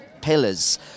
pillars